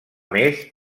més